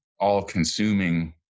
all-consuming